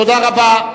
תודה רבה.